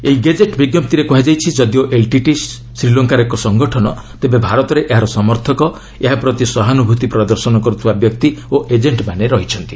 ଏହି ଗେଜେଟ୍ ବିଞ୍୍ୟପ୍ତିରେ କୃହାଯାଇଛି ଯଦିଓ ଏଲ୍ଟିଟି ଶ୍ରୀଲଙ୍କାର ଏକ ସଂଗଠନ ଡେବେ ଭାରତରେ ଏହାର ସମର୍ଥକ ଏହା ପ୍ରତି ସହାନୁଭୂତି ପ୍ରଦଶର୍ନ କରୁଥିବା ବ୍ୟକ୍ତି ଓ ଏଜେକ୍ଷମାନେ ରହିଛନ୍ତି